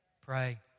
Pray